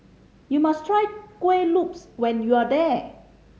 you must try Kueh Lopes when you are there